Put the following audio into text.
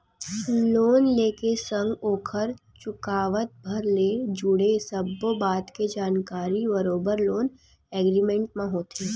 loan ले के संग ओखर चुकावत भर ले जुड़े सब्बो बात के जानकारी बरोबर लोन एग्रीमेंट म होथे